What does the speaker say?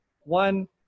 one